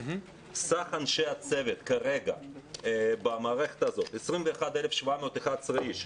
סך אנשי הצוות במערכת הזאת הוא 21,711 איש,